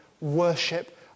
worship